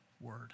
word